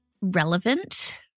relevant